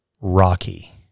Rocky